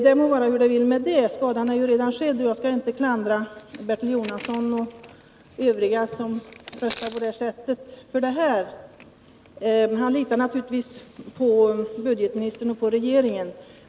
Det må vara hur det vill med det; skadan är redan skedd, och jag skall inte klandra Bertil Jonasson och övriga som röstade på detta sätt. Han litade naturligtvis på budgetministern och regeringen.